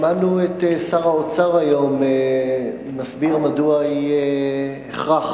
שמענו את שר האוצר היום מסביר מדוע יהיה הכרח